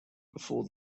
before